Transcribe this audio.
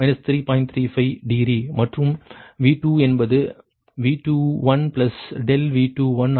35 degree மற்றும் V2 என்பது V2∆V2ஆகும்